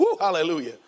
Hallelujah